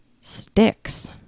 Sticks